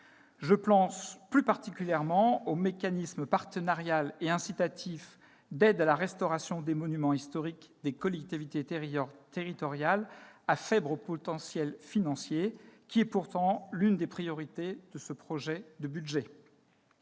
Je pense plus particulièrement au mécanisme partenarial et incitatif d'aide à la restauration des monuments historiques des collectivités territoriales à faible potentiel financier, qui est pourtant l'une des priorités de ce projet de budget.